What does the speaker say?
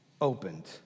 opened